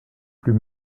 plus